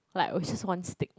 like it's just one stick